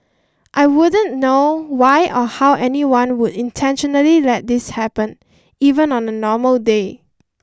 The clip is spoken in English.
I wouldn't know why or how anyone would intentionally let this happen even on a normal day